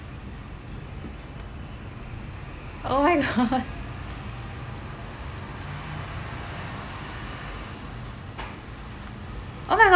oh my god oh my god